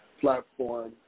Platform